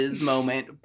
moment